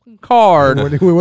card